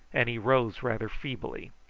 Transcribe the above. and he rose rather feebly.